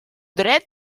dret